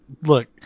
Look